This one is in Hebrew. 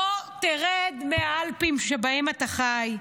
בוא, תרד מהאלפים שבהם אתה חי.